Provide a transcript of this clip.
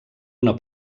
una